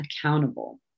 accountable